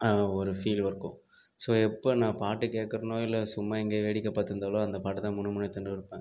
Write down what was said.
ஒரு ஃபீல் இருக்கும் ஸோ எப்போ நான் பாட்டை கேட்குறனோ இல்லை சும்மா எங்கேயும் வேடிக்கை பார்த்துருந்தாலோ அந்த பாட்டைதான் முணுமுணுத்துன்டு இருப்பேன்